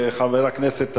וחבר הכנסת,